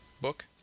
book